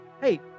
hey